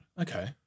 Okay